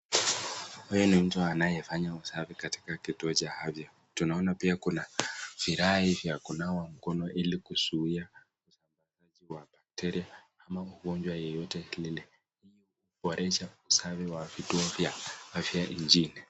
Huyu ni mtu anayefanya usafi katika kituo cha afya. Tunaona pia kuna virai vya kunawa mkono ili kuzuia bakteria au ugonjwa yeyote ili kuboresha usafi wa vituo vya afya nchini.